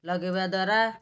ଲଗେଇବା ଦ୍ୱାରା